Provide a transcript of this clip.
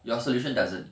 your solution doesn't